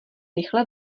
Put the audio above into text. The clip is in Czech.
rychle